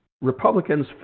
Republicans